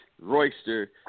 Royster